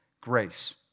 grace